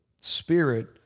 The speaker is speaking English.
spirit